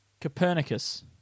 Copernicus